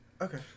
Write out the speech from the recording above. Okay